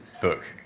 book